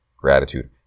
gratitude